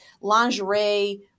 lingerie